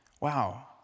wow